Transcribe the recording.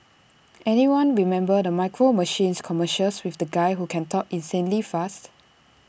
anyone remember the micro machines commercials with the guy who can talk insanely fast